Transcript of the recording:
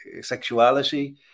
sexuality